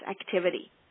activity